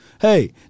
Hey